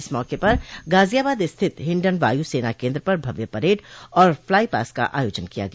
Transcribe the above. इस मौके पर गाजियाबाद स्थित हिंडन वायू सेना केन्द्र पर भव्य परेड और फ्लाईपास का आयोजन किया गया